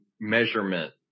measurement